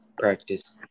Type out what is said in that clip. practice